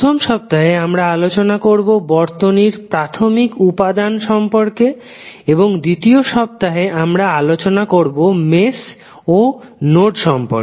প্রথম সপ্তাহে আমরা আলোচনা করবো বর্তনীর প্রাথমিক উপাদান সম্পর্কে এবং দ্বিতীয় সপ্তাহে আমরা আলোচনা করবো মেস ও নোড সম্পর্কে